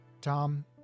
Tom